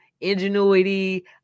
ingenuity